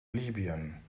libyen